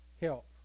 help